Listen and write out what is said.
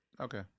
Okay